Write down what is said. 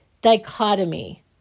dichotomy